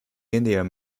indian